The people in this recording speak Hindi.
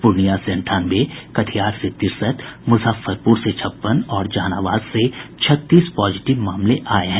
पूर्णिया से अंठानवे कटिहार से तिरेसठ मुजफ्फरपुर से छप्पन और जहानाबाद से छत्तीस पॉजिटिव मामले आये हैं